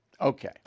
Okay